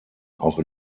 auch